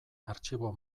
artxibo